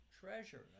treasure